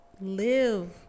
live